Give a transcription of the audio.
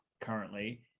currently